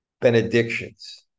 benedictions